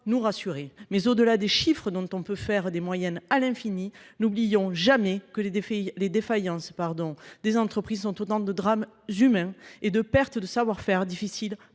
nous rassurer. Mais au-delà des chiffres dont on peut faire des moyennes à l'infini, n'oublions jamais que les défaillances des entreprises sont autant de drames humains et de pertes de savoir-faire difficiles